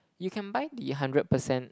you can buy the hundred percent